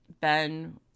Ben